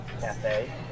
cafe